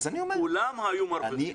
כולם היו מרוויחים,